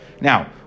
now